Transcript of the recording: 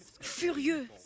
furieux